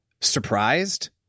surprised